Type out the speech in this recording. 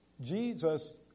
Jesus